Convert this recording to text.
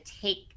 take